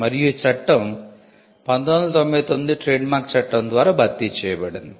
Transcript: మరియు ఈ చట్టం 1999 ట్రేడ్ మార్క్ చట్టం ద్వారా భర్తీ చేయబడింది